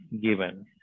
given